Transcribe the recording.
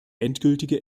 endgültige